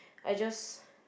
I just